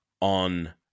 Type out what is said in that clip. on